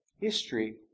History